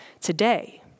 today